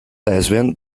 lesbian